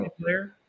player